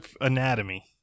anatomy